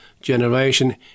generation